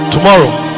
tomorrow